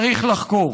צריך לחקור.